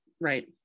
right